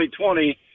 2020